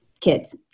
kids